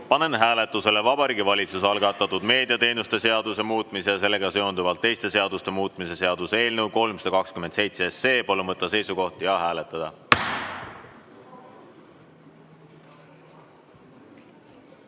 panen hääletusele Vabariigi Valitsuse algatatud meediateenuste seaduse muutmise ja sellega seonduvalt teiste seaduste muutmise seaduse eelnõu 327. Palun võtta seisukoht ja hääletada!